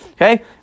Okay